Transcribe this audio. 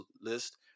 list